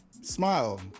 Smile